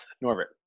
Norbert